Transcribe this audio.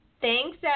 thanks